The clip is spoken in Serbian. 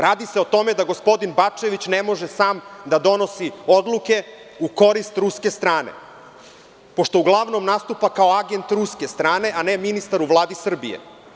Radi se o tome da gospodin Bačević ne može sam da donosi odluke u korist ruske strane, pošto uglavnom nastupa kao agent ruske strane, a ne ministar u Vladi Srbije.